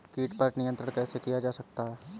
कीट पर नियंत्रण कैसे किया जा सकता है?